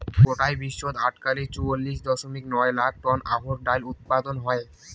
গোটায় বিশ্বত আটকালিক চুয়াল্লিশ দশমিক নয় লাখ টন অহর ডাইল উৎপাদন হয়